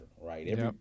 right